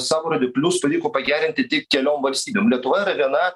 savo rodiklius pavyko pagerinti tik keliom valstybėm lietuva yra viena